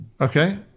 okay